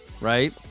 right